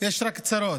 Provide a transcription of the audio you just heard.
יש רק צרות,